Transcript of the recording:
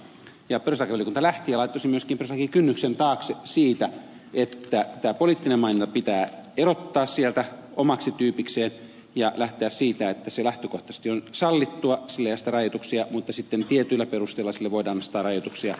perustuslakivaliokunta lähti siitä ja laittoi myöskin perustuslakikynnyksen taakse sen että tämä poliittinen mainonta pitää erottaa sieltä omaksi tyypikseen ja lähteä siitä että se lähtökohtaisesti on sallittua sille ei aseteta rajoituksia mutta sitten tietyillä perusteilla sille voidaan asettaa rajoituksia